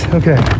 okay